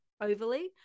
overly